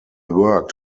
worked